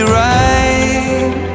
right